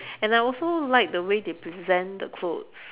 and I also like the way they present the clothes